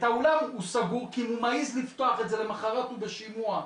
האולם סגור כי אם הוא מעז לפתוח את זה למחרת הוא בשימוע,